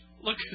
Look